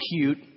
cute